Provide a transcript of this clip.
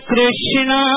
Krishna